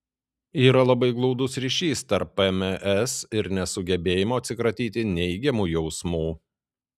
yra labai glaudus ryšys tarp pms ir nesugebėjimo atsikratyti neigiamų jausmų